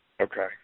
Okay